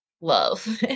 love